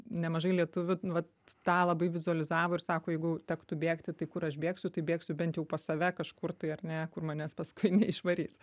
nemažai lietuvių vat tą labai vizualizavo ir sako jeigu tektų bėgti tai kur aš bėgsiu tai bėgsiu bent jau pas save kažkur tai ar ne kur manęs paskui neišvarys